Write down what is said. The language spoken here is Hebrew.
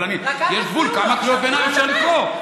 אבל יש גבול כמה קריאות ביניים אפשר לקרוא.